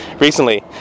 recently